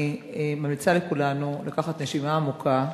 אני ממליצה לכולנו לקחת נשימה עמוקה.